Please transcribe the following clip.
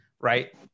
right